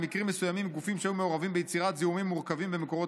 במקרים מסוימים גופים שהיו מעורבים ביצירת זיהומים מורכבים במקורות